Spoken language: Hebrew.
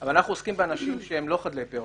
אבל אנחנו עוסקים באנשים שהם לא חדלי פירעון,